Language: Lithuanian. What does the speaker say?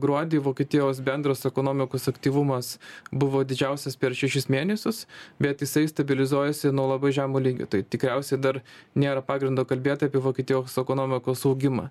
gruodį vokietijos bendras ekonomikos aktyvumas buvo didžiausias per šešis mėnesius bet jisai stabilizuojasi nuo labai žemo lygio tai tikriausiai dar nėra pagrindo kalbėt apie vokietijos ekonomikos augimą